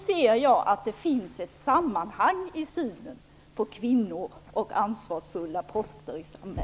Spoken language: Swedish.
Här finns ett samband i synen på kvinnor och ansvarsfulla poster i samhället.